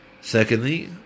Secondly